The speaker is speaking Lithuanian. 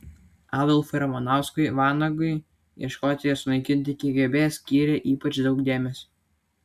adolfui ramanauskui vanagui ieškoti ir sunaikinti kgb skyrė ypač daug dėmesio